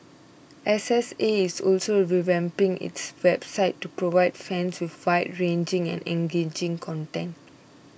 S S A is also revamping its website to provide fans with wide ranging and engaging content